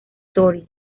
story